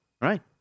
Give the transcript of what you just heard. Right